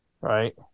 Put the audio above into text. right